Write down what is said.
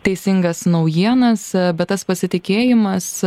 teisingas naujienas bet tas pasitikėjimas